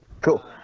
Cool